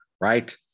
right